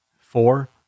Four